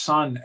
Son